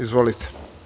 Izvolite.